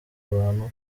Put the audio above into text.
abantu